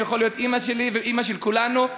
יכולים להיות אימא שלי ואימא של כולנו,